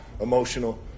emotional